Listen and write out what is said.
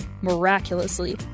Miraculously